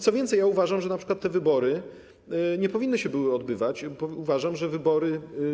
Co więcej, uważam, że np. te wybory nie powinny się odbyć, bo uważam, że wybory.